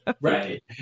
Right